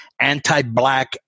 anti-black